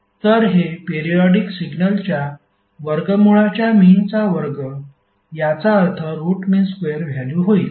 तर हे पेरियॉडिक सिग्नलच्या वर्गमूळच्या मिनचा वर्ग याचा अर्थ रूट मिन स्क्वेअर व्हॅल्यु होईल